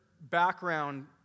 background